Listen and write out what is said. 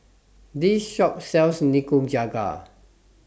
This Shop sells Nikujaga